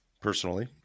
personally